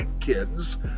kids